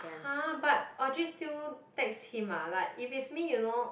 !huh! but Audrey still text him ah like if is me you know